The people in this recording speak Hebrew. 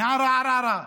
מערערה.